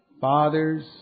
father's